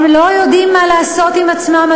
הם לא יודעים מה לעשות עם עצמם,